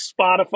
Spotify